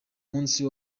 munsi